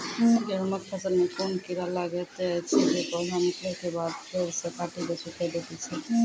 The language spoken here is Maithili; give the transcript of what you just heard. गेहूँमक फसल मे कून कीड़ा लागतै ऐछि जे पौधा निकलै केबाद जैर सऽ काटि कऽ सूखे दैति छै?